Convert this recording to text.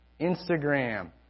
Instagram